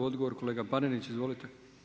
Odgovor kolega Panenić, izvolite.